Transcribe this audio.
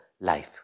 life